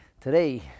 Today